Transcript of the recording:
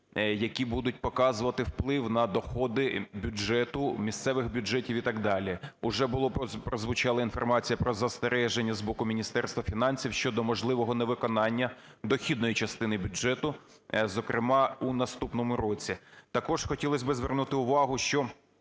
які будуть показувати вплив на доходи бюджету, місцевих бюджетів і так далі. Уже була прозвучала інформація про застереження з боку Міністерства фінансів щодо можливого невиконання дохідної частини бюджету, зокрема у наступному році. Також хотілось би звернути увагу, що